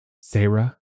Sarah